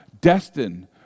destined